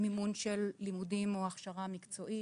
מימון של לימודים או הכשרה מקצועית,